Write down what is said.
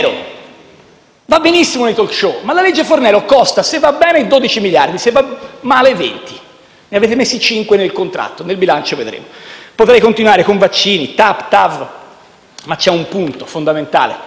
va benissimo nei *talk show*, ma abolire la legge Fornero costa, se va bene, 12 miliardi, se va male 20. Ne avete messi cinque nel contratto, nel bilancio vedremo. Potrei continuare con vaccini, TAP, TAV, ma c'è un punto fondamentale